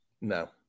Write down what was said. No